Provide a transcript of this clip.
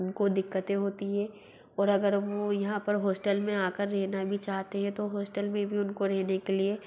उनको दिक्कतें होती हैं और अगर वो यहाँ पर होस्टल में आ कर रहना भी चाहते हैं तो होस्टल में भी उनको रहने के लिए